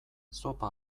zopa